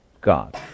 God